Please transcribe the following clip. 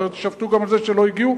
אחרת הם יישפטו גם על זה שלא הגיעו.